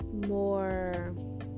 more